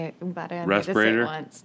respirator